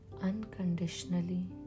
Unconditionally